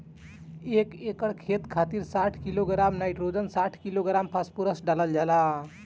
एक एकड़ खेत खातिर साठ किलोग्राम नाइट्रोजन साठ किलोग्राम फास्फोरस डालल जाला?